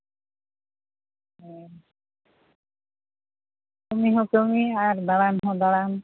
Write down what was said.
ᱦᱮᱸ ᱠᱟᱹᱢᱤ ᱦᱚᱸ ᱠᱟᱹᱢᱤ ᱟᱨ ᱫᱟᱬᱟᱱ ᱦᱚᱸ ᱫᱟᱬᱟᱱ